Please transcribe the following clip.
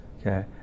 okay